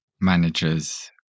managers